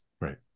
right